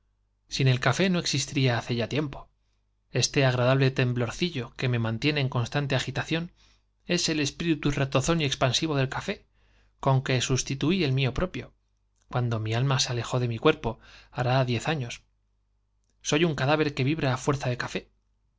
sin el café no existiría hace ya tiempo este agradable temblorcillo que me mantiene en constante agitación el espíritu retozón y del café es expansivo con que sustituí el mío propio cuando mi alma se alejó de mi cuerpo hará diez años soy un cadáver que vibra á fuerza de café